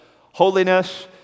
holiness